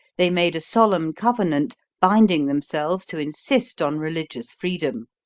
they made a solemn covenant, binding themselves to insist on religious freedom.